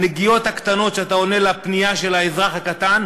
הנגיעות הקטנות שאתה עונה לפנייה של האזרח הקטן